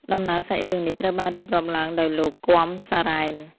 ដំណើរសាច់រឿងនេះត្រូវបានរៀបរៀងឡើងដោយលោក គាំ សារ៉ែន។